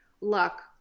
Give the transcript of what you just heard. luck